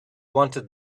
wanted